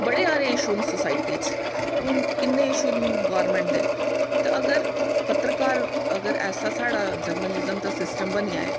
बड़े सारे इशु न सोसाइटी च हून इ'न्ने इशु न गोर्मेंट दे ते अगर ऐसा साढ़ा जनरललिज्म दा सिस्टम बनी आये